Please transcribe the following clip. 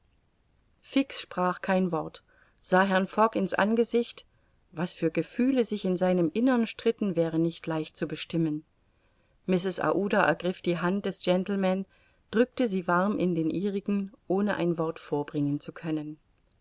fix sprach kein wort sah herrn fogg in's angesicht was für gefühle sich in seinem innern stritten wäre nicht leicht zu bestimmen mrs aouda ergriff die hand des gentleman drückte sie warm in den ihrigen ohne ein wort vorbringen zu können